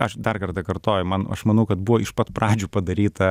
aš dar kartą kartoju man aš manau kad buvo iš pat pradžių padaryta